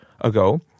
ago